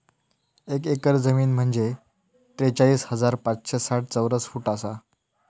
एक एकर जमीन म्हंजे त्रेचाळीस हजार पाचशे साठ चौरस फूट आसा